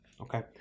Okay